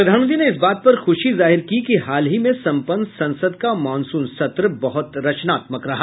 प्रधानमंत्री ने इस बात पर खुशी जाहिर की कि हाल ही में सम्पन्न संसद का मॉनसून सत्र बहुत रचनात्मक रहा